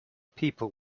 people